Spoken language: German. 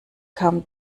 kam